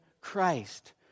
Christ